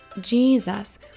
Jesus